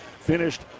finished